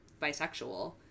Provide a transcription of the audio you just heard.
bisexual